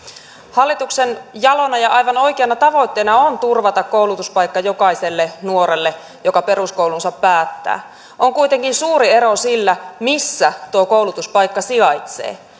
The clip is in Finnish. hallituksen jalona ja aivan oikeana tavoitteena on turvata koulutuspaikka jokaiselle nuorelle joka peruskoulunsa päättää on kuitenkin suuri ero sillä missä tuo koulutuspaikka sijaitsee